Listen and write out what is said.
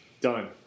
done